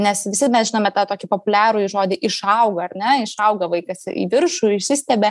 nes visi mes žinome tą tokį populiarųjį žodį išauga ar ne išauga vaikas į viršų išsistiebia